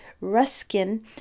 Ruskin